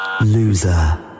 Loser